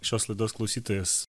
šios laidos klausytojas